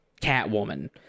Catwoman